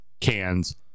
cans